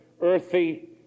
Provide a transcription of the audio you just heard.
earthy